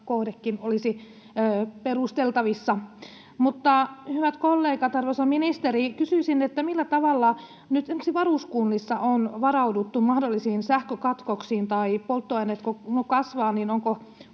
kohdekin olisi perusteltavissa. Mutta, hyvät kollegat, arvoisa ministeri, kysyisin, millä tavalla nyt esimerkiksi varuskunnissa on varauduttu mahdollisiin sähkökatkoksiin, tai kun polttoaineen hinnat kasvavat, niin onko